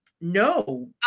No